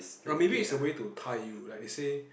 uh maybe it's a way to tie you like they say